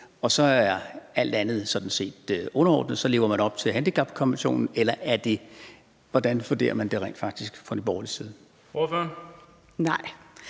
og så er alt andet sådan set underordnet. Så lever man op til handicapkonventionen. Eller hvordan vurderer man det rent faktisk fra Nye Borgerliges side?